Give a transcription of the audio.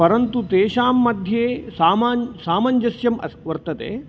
परन्तु तेषां मध्ये समा सामञ्जस्यं वर्तते